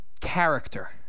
Character